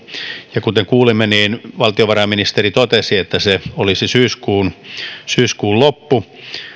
ja kuten kuulimme valtiovarainministeri totesi että se olisi syyskuun syyskuun loppu